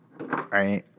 right